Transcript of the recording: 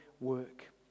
work